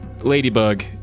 ladybug